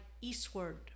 eastward